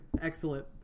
excellent